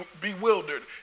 bewildered